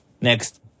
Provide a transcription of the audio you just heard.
next